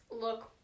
look